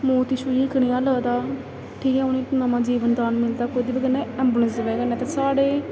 मौत गी छूहियै कनेहा लगदा ठीक ऐ उ'नेंगी नमां जीवन दान मिलदा कोह्दे कन्नै ऐंबुलेंस दी बजह कन्नै ते साढ़े